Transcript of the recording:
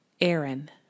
Aaron